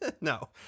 No